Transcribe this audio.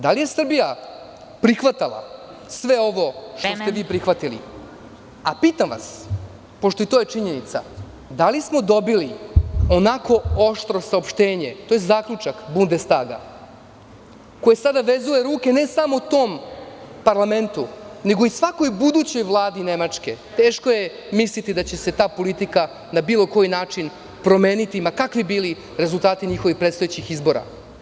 Da li je Srbija prihvatala sve ovo što ste vi prihvatili, a pitam vas, pošto je to i činjenica, da li smo dobili onako oštro saopštenje, to je zaključak Bundestaga, koji sada vezuje ruke ne samo tom parlamentu, nego svakoj budućoj vladi Nemačke, teško je misliti da će se ta politika na bilo koji način promeniti, ma kakvi bili rezultati njihovih predstojećih izbora?